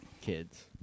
kids